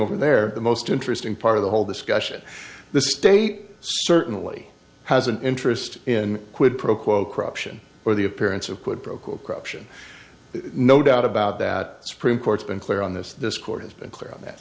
over there the most interesting part of the whole discussion the state certainly has an interest in quid pro quo corruption or the appearance of quid pro quo corruption no doubt about that supreme court's been clear on this this court has been clear on that